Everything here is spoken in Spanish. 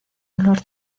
olor